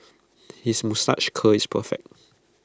his moustache curl is perfect